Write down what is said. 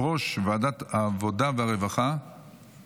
שמונה בעד, אין מתנגדים.